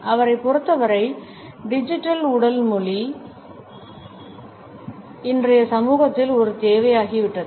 அவரைப் பொறுத்தவரை டிஜிட்டல் உடல் மொழி இன்றைய சமூகத்தில் ஒரு தேவையாகிவிட்டது